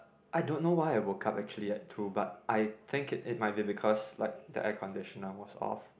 I don't know why I woke up actually at two but I think it it might be because like the air conditioner was off